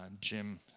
Jim